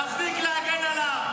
תפסיק להגן עליו.